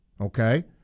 okay